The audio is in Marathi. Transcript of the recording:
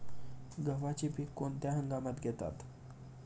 गव्हाचे पीक कोणत्या हंगामात घेतात?